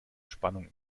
spannung